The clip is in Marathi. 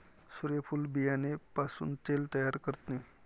सूर्यफूल बियाणे पासून तेल तयार करणे